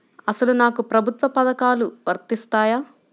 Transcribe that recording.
అసలు నాకు ప్రభుత్వ పథకాలు వర్తిస్తాయా?